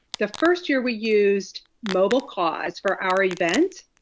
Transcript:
the first year we used mobilecause for our event,